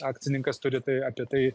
akcininkas turi tai apie tai